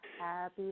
Happy